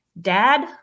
dad